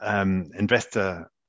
investor